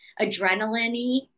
adrenaline-y